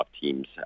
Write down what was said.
Teams